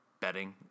betting